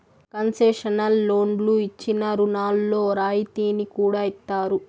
concessional లోన్లు ఇచ్చిన రుణాల్లో రాయితీని కూడా ఇత్తారు